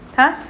!huh!